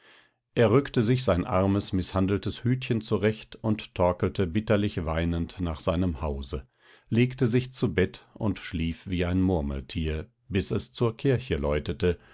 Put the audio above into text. er rückte sich sein armes mißhandeltes hütchen zurecht und torkelte bitterlich weinend nach seinem hause legte sich zu bett und schlief wie ein murmeltier bis es zur kirche läutete